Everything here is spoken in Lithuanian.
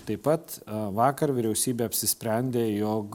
taip pat vakar vyriausybė apsisprendė jog